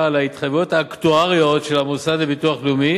על התחייבויות האקטואריות של המוסד לביטוח לאומי